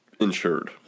insured